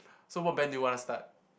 so what band do you wanna start